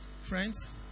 Friends